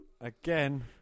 again